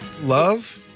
Love